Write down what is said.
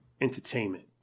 entertainment